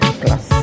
plus